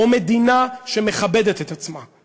או מדינה שמכבדת את עצמה,